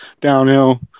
downhill